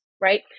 Right